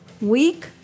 week